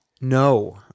No